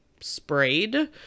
Sprayed